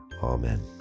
Amen